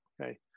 okay